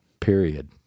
period